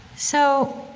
so,